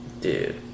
Dude